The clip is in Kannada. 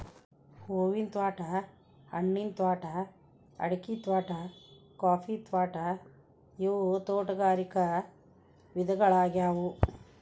ಹೂವಿನ ತ್ವಾಟಾ, ಹಣ್ಣಿನ ತ್ವಾಟಾ, ಅಡಿಕಿ ತ್ವಾಟಾ, ಕಾಫಿ ತ್ವಾಟಾ ಇವು ತೋಟಗಾರಿಕ ವಿಧಗಳ್ಯಾಗ್ಯವು